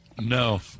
No